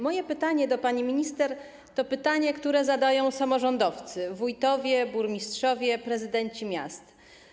Moje pytanie do pani minister to pytanie, które zadają samorządowcy, wójtowie, burmistrzowie, prezydenci miast: